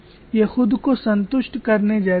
ये खुद को संतुष्ट करने जैसा है